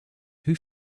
who